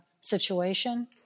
situation